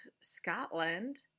Scotland